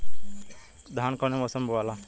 धान कौने मौसम मे बोआला?